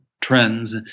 trends